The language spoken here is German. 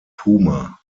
puma